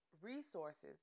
resources